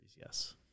Yes